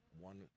one